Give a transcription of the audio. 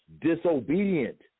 disobedient